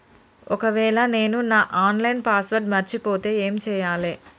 ఒకవేళ నేను నా ఆన్ లైన్ పాస్వర్డ్ మర్చిపోతే ఏం చేయాలే?